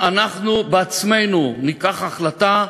שההחלטה,